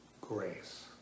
Grace